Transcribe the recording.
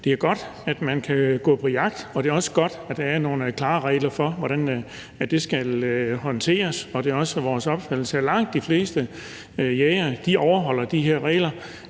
det er godt, at man kan gå på jagt, og at det også er godt, at der er nogle klare regler for, hvordan det skal håndteres. Det er også vores opfattelse, at langt de fleste jægere overholder de her regler,